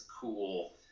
cool